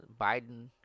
Biden